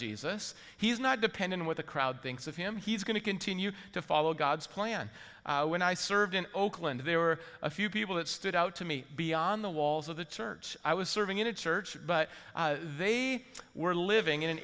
jesus he's not depend on what the crowd thinks of him he's going to continue to follow god's plan when i served in oakland there were a few people that stood out to me beyond the walls of the church i was serving in a church but they were living in an